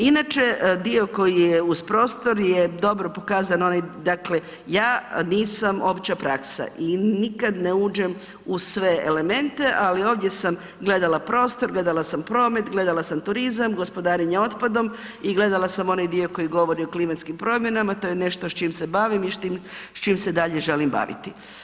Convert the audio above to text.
Inače dio koji je uz prostor je dobro pokazan onaj, dakle ja nisam opća praksa i nikad ne uđem u sve elemente, ali ovdje sam gledala prostor, gledala sam promet, gledala sam turizam, gospodarenje otpadom i gledala sam onaj dio koji govori o klimatskim promjenama, to je nešto s čim se bavim i s čim se dalje želim baviti.